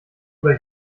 oder